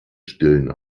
stillen